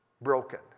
broken